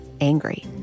angry